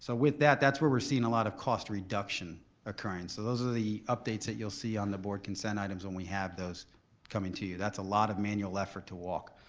so with that, that where we're seeing a lot of cost reduction occurring. so those are the updates that you'll see on the board consent items when we have those coming to you. that's a lot of manual effort to walk.